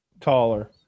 Taller